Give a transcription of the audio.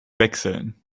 wechseln